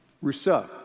Rousseau